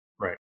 Right